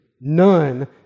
none